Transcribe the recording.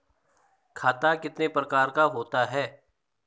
खाता कितने प्रकार का होता है?